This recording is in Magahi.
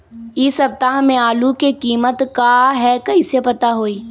इ सप्ताह में आलू के कीमत का है कईसे पता होई?